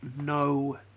no